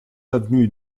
avenue